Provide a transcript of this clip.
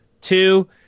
two